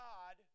God